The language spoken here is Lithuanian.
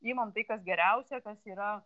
imant tai kas geriausia kas yra